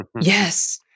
Yes